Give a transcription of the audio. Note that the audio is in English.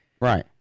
Right